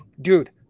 dude